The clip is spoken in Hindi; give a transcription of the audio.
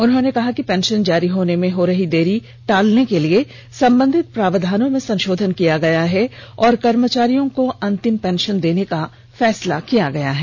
उन्होंने कहा कि पेंशन जारी होर्ने में हो रही देरी को टालने के लिए संबंधित प्रावधानों में संशोधन किया गया है और कर्मचारियों को अनंतिम पेंशन देने का फैसला किया गया है